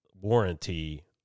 warranty